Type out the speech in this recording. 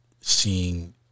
seeing